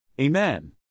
Amen